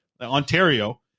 ontario